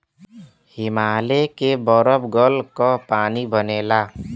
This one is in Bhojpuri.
हिमालय के बरफ गल क पानी बनेला